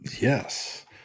Yes